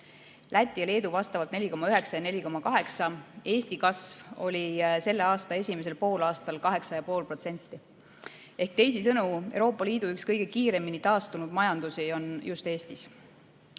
Lätis ja Leedus vastavalt 4,9% ja 4,8%. Eesti kasv oli selle aasta esimesel poolaastal 8,5%. Teisisõnu on Euroopa Liidu üks kõige kiiremini taastunud majandusi just Eesti